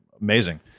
amazing